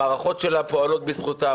המערכות שלה פועלות בזכותם.